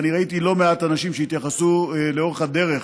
ראיתי לא מעט אנשים שהתייחסו לאורך הדרך,